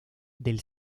del